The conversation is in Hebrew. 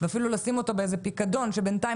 ואפילו לשים אותו באיזה פיקדון שבינתיים